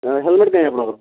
ଏଁ helmet କାଇଁ ଆପଣଙ୍କର